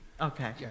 Okay